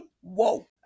whoa